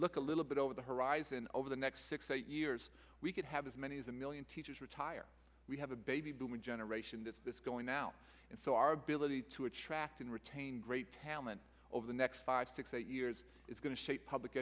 look a little bit over the horizon over the next six eight years we could have as many as a million teachers retire we have a baby boomer generation that's this going now and so our ability to attract and retain great talent over the next five six eight years is going to shape public